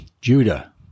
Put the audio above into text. Judah